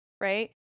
right